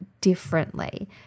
differently